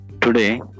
today